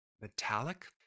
metallic